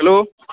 hello